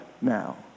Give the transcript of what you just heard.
now